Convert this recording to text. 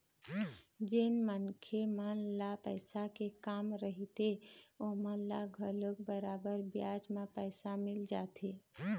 जेन मनखे मन ल पइसा के काम रहिथे ओमन ल घलोक बरोबर बियाज म पइसा मिल जाथे